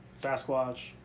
Sasquatch